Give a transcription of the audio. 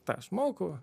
tą aš moku